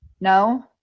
No